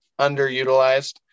underutilized